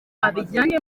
abijyane